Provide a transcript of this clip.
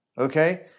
okay